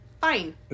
Fine